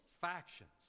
factions